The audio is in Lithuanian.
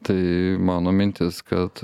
tai mano mintis kad